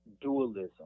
dualism